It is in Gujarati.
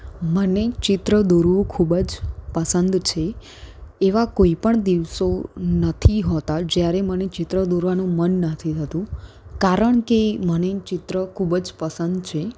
મને ચિત્ર દોરવું ખૂબ જ પસંદ છે એવા કોઈપણ દિવસો નથી હોતા જ્યારે મને ચિત્ર દોરવાનું મન નથી થતું કારણ કે મને ચિત્ર ખૂબ જ પસંદ છે